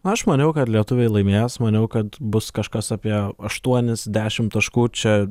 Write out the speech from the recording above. aš maniau kad lietuviai laimėjęs maniau kad bus kažkas apie aštuonis dešimt taškų čia